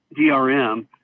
DRM